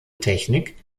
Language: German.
technik